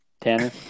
Tanner